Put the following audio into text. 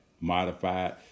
modified